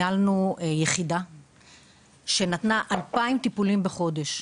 הייתה לנו יחידה שנתנה 2,000 טיפולים בחודש.